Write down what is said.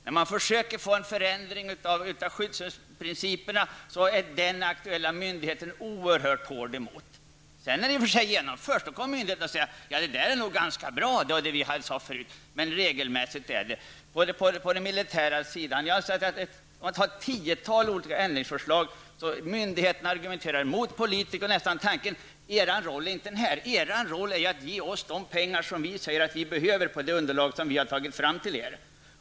När vi försökte få till stånd en förändring av skyddsprinciperna reagerade den aktuella myndigheten också hårt mot förslaget. När förslagen sedan genomförs kommer i och för sig myndigheterna ibland och säger att det nog egentligen blev ganska bra. Regelmässigt har jag på den militära sidan funnit, när vi haft ett tiotal olika förslag på ändringar att myndigheterna argumenterar emot politikerna i samtliga fall. Det är nästan som om myndigheterna skulle säga till oss: Er roll är inte denna, utan er roll är att ge oss de pengar som vi säger att vi behöver med utgångspunkt i det underlag vi har tagit fram till er.